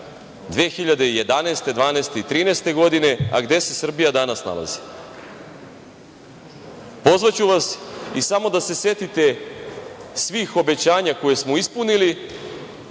2012. godine, 2013. godine, a gde se Srbija danas nalazi? Pozvaću vas i samo da se setite svih obećanja koje smo ispunili,